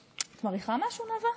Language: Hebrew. את מריחה משהו, נאוה?